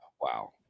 Wow